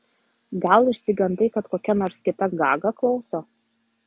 gal išsigandai kad kokia nors kita gaga klauso